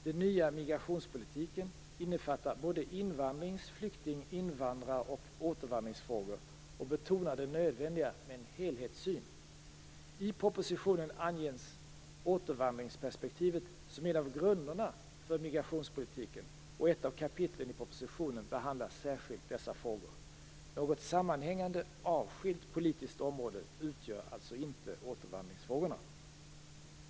Den nya migrationspolitiken innefattar både invandrings-, flykting-, invandraroch återvandringsfrågor och betonar det nödvändiga med en helhetssyn. I propositionen anges återvandringsperspektivet som en av grunderna för migrationspolitiken, och ett av kapitlen i propositionen behandlar särskilt dessa frågor. Något sammanhängande, avskilt politiskt område utgör inte återvandringsfrågorna.